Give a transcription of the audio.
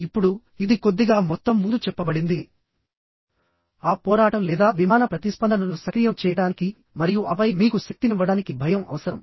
ఇప్పుడు ఇది కొద్దిగా మొత్తం ముందు చెప్పబడింది ఆ పోరాటం లేదా విమాన ప్రతిస్పందనను సక్రియం చేయడానికి మరియు ఆపై మీకు శక్తినివ్వడానికి భయం అవసరం